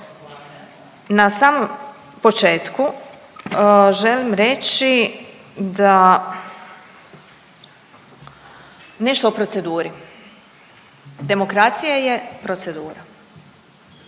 Na samom početku želim reći da nešto o proceduri. Demokracija je procedura